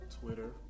Twitter